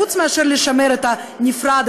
חוץ מאשר לשמר את הנפרד,